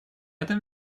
этом